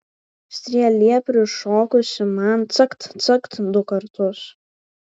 strėlė prišokusi man cakt cakt du kartus